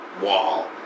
wall